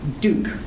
duke